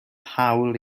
hawl